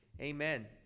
Amen